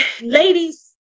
Ladies